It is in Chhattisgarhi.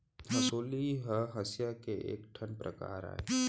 हँसुली ह हँसिया के एक ठन परकार अय